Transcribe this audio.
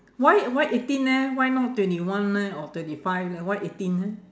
why why eighteen leh why not twenty one leh or twenty five leh why eighteen leh